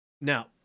Now